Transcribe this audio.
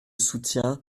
soutient